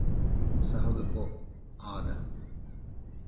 ᱩᱛᱥᱟᱦᱚ ᱜᱮᱠᱚ ᱟᱫᱼᱟ